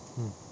mm